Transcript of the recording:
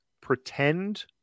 pretend